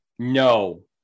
No